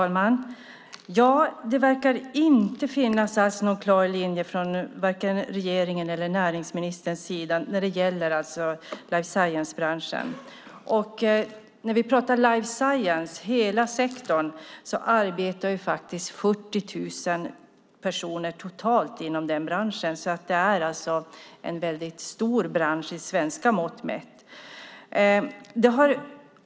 Fru talman! Det verkar inte alls finnas någon klar linje, varken från regeringen eller från näringsministern, när det gäller life science-branschen. När vi pratar om hela sektorn life science arbetar faktiskt totalt 40 000 personer inom den branschen. Det är alltså en väldigt stor bransch med svenska mått mätt.